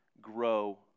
grow